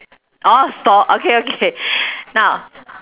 orh stor~ okay okay now